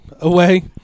away